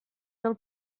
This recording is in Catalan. del